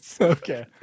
Okay